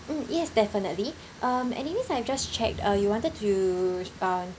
mm yes definitely um anyways I've just checked uh you wanted to um